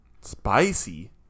spicy